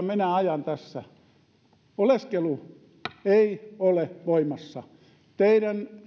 minä ajan tässä oleskelu ei ole voimassa teidän